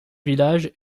village